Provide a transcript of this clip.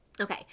Okay